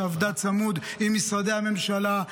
שעבדה צמוד עם משרדי הממשלה,